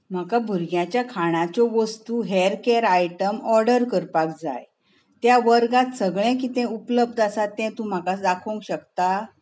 म्हाका भुरग्यांच्या खाणाच्यो वस्तू हेयर केयर आयटम ऑर्डर करपाक जाय त्या वर्गांत सगळें कितें उपलब्ध आसा तें तूं म्हाका दाखोवपाक शकता